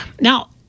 Now